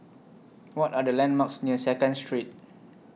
What Are The landmarks near Second Street